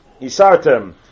Isartem